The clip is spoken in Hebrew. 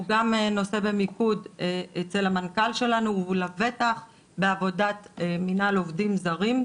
הוא גם נושא במיקוד אצל המנכ"ל שלנו ולבטח בעבודת מנהל עובדים זרים.